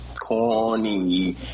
corny